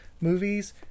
movies